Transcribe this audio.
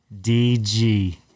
DG